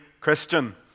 Christian